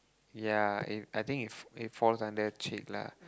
ya it I think it it falls under cheek lah